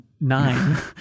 nine